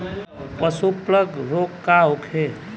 पशु प्लग रोग का होखे?